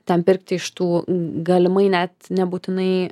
ten pirkti iš tų galimai net nebūtinai